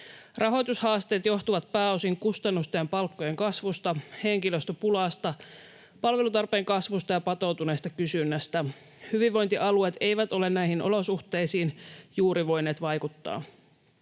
Rahoitushaasteet johtuvat pääosin kustannusten ja palkkojen kasvusta, henkilöstöpulasta, palvelutarpeen kasvusta ja patoutuneesta kysynnästä. Hyvinvointialueet eivät ole näihin olosuhteisiin juuri voineet vaikuttaa.